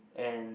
and